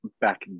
back